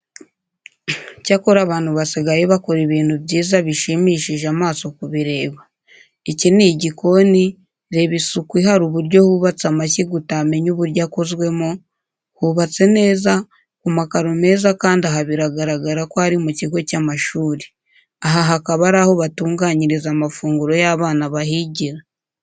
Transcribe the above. Cyakora abantu basigaye bakora ibintu byiza bishimishije amaso kubireba. Iki ni igikoni, reba isuku ihari uburyo hubatse amashyiga utamenya uburyo akozwemo, hubatse neza, ku makaro meza kandi aha biragaragara ko ari mu kigo cy'amashuri. Aha hakaba ari aho batunganyiriza amafunguro y'abana bahigira.